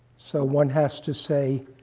so one has to say,